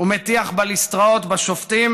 ומטיח בליסטראות בשופטים,